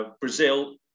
Brazil